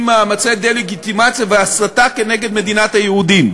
עם מאמצי הדה-לגיטימציה וההסתה כנגד מדינת היהודים.